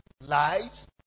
Lies